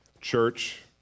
church